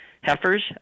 heifers